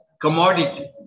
commodity